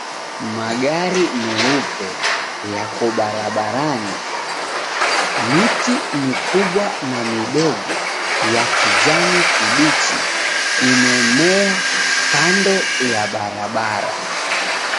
Magari meupe, yako barabarani. Miti mikubwa na midogo, ya kijani kibichi imemea kando ya barabara.